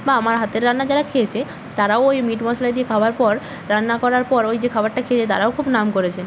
বা আমার হাতের রান্না যারা খেয়েছে তারাও ওই মিট মশলা দিয়ে খাবার পর রান্না করার পর ওই যে খাবারটা খেয়ে তারাও খুব নাম করেছে